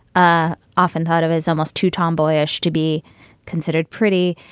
ah often thought of as almost too tomboyish to be considered pretty.